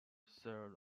served